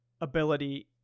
ability